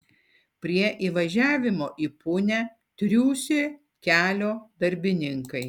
prie įvažiavimo į punią triūsė kelio darbininkai